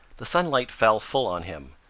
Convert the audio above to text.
the sunlight fell full on him,